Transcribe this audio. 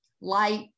light